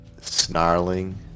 snarling